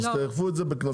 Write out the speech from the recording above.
אז תאכפו את זה בקנסות.